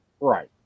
right